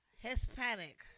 Hispanic